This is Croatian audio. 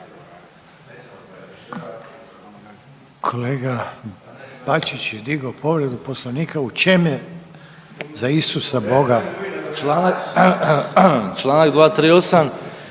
Kolega Bačić je digao povredu Poslovnika, u čem je za Isusa Boga… **Bačić,